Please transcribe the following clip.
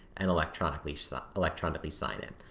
and electronically electronically sign it,